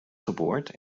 geboord